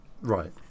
Right